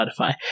Spotify